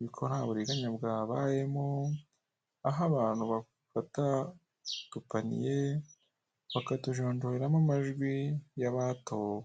yuko nta buriganya bwabayemo aho abantu bafata agapaniye bakatujonjoreramo amajwi y'abatowe.